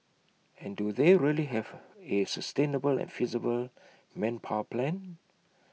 and do they really have A sustainable and feasible manpower plan